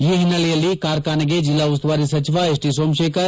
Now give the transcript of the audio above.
ಈ ಒನ್ನಲೆಯಲ್ಲಿ ಕಾರ್ಖಾನೆಗೆ ಜಲ್ಲಾ ಉಸ್ತುವಾರಿ ಸಚಿವ ಎಸ್ ಟಿಸೋಮಶೇಖರ್